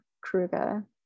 Kruger